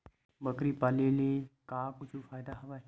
बकरी पाले ले का कुछु फ़ायदा हवय?